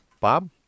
Bob